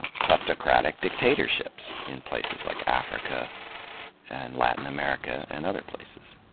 kleptocratic dictatorships in places like africa and latin america and other places.